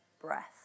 breath